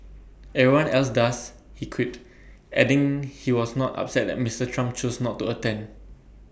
everyone else does he quipped adding he was not upset that Mister Trump chose not to attend